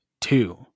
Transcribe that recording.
Two